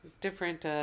different